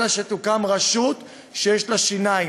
אלא שתוקם רשות שיש לה שיניים,